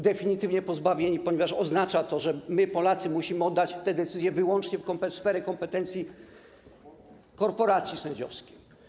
Definitywnie pozbawieni, ponieważ to oznacza, że my, Polacy, musimy oddać, przekazać te decyzje wyłącznie do sfery kompetencji korporacji sędziowskiej.